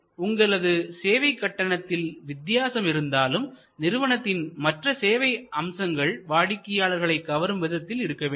எனவே உங்களது சேவை கட்டணத்தில் வித்தியாசம் இருந்தாலும் நிறுவனத்தின் மற்ற சேவை அம்சங்கள் வாடிக்கையாளர்களை கவரும் விதத்தில் இருக்க வேண்டும்